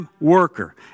worker